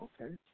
Okay